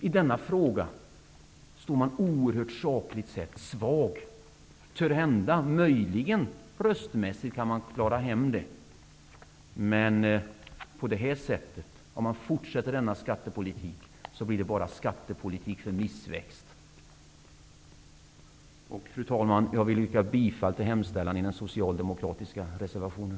I denna fråga står man sakligt sett oerhört svag. Möjligen kan man röstmässigt klara hem det. Men om man fortsätter denna skattepolitik, blir det bara skattepolitik för missväxt. Fru talman! Jag yrkar bifall till den socialdemokratiska reservationen.